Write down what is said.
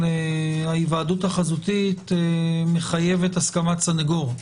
ההיוועדות החזותית מחייבת הסכמת סנגור.